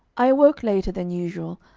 i awoke later than usual,